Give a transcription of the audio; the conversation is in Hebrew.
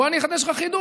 בוא אני אחדש לך חידוש: